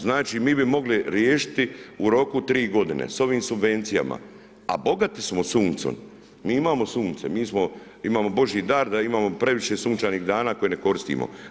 Znači mi bi mogli riješiti u roku 3 godine sa ovim subvencijama a bogati smo suncem, mi imamo sunce, mi imamo Božji dar da imamo previše sunčanih dana koje ne koristimo.